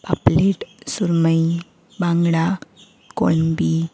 पापलेट सुरमई बांगडा कोलंबी